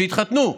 שיתחתנו.